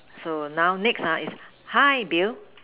so now next uh is hi Bill